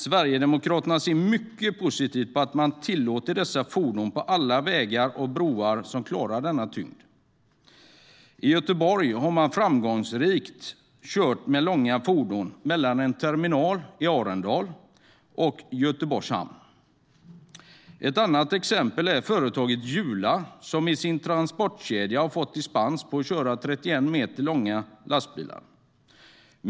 Sverigedemokraterna ser mycket positivt på att man tillåter dessa fordon på alla vägar och broar som klarar denna tyngd. I Göteborg har man kört framgångsrikt med långa fordon mellan en terminal i Arendal och Göteborgs hamn. Ett annat exempel är företaget Jula, som i sin transportkedja har fått dispens för att köra med 31 meter långa lastbilar.